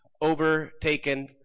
overtaken